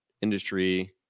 industry